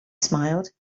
smiled